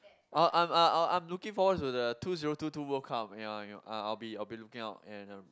uh I'm uh uh uh I'm looking forward to the two zero two two World Cup ya you know uh I'll I'll be looking out and uh